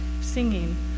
singing